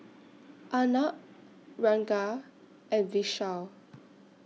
Arnab Ranga and Vishal